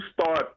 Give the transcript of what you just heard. start